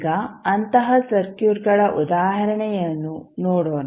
ಈಗ ಅಂತಹ ಸರ್ಕ್ಯೂಟ್ಗಳ ಉದಾಹರಣೆಯನ್ನು ನೋಡೋಣ